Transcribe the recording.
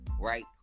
Right